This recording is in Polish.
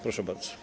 Proszę bardzo.